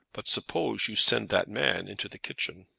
but suppose you send that man into the kitchen!